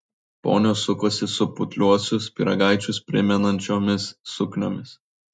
ponios sukosi su putliuosius pyragaičius primenančiomis sukniomis